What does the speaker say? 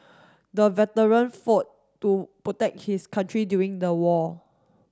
the veteran fought to protect his country during the war